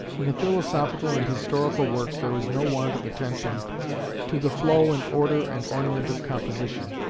in the philosophical and historical works there is no want of attention to the flow and order and ornament of composition.